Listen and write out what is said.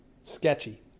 Sketchy